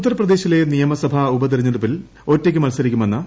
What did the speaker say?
ഉത്തർപ്രദേശിലെ നിയമസഭാ ഉപതെരഞ്ഞെടുപ്പിൽ ഒറ്റയ്ക്ക് മത്സരിക്കുമെന്ന് ബി